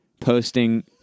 posting